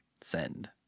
Send